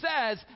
says